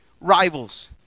rivals